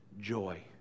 joy